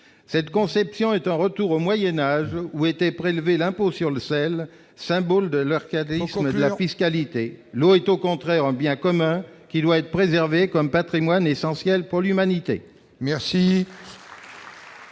cette conception est un retour au Moyen-Age, où était prélever l'impôt sur le sel, symbole de leurs cadres, donc on a la fiscalité, l'eau est au contraire un bien commun qui doit être préservé comme Patrimoine essentiel pour l'humanité, merci.